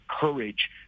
courage